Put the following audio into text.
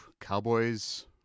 Cowboys